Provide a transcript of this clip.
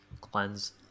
cleanse